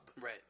Right